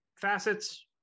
Facets